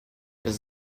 does